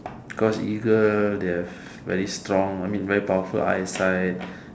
got eagle they're very strong I mean very powerful eyesight